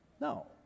No